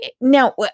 now